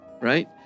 right